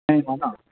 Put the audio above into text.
जानाय नङा न